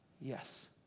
Yes